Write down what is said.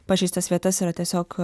pažeistas vietas yra tiesiog